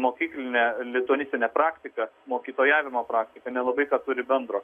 mokykline lituanistine praktika mokytojavimo praktika nelabai ką turi bendro